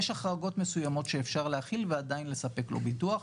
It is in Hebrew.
יש החרגות מסוימות שאפשר להחיל ועדיין לספק לו ביטוח.